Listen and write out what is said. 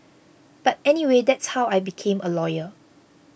but anyway that's how I became a lawyer